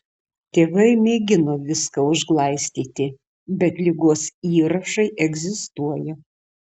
tėvai mėgino viską užglaistyti bet ligos įrašai egzistuoja